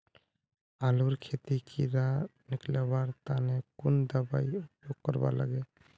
आलूर खेतीत कीड़ा निकलवार तने कुन दबाई उपयोग करवा लगे?